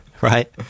right